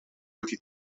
wedi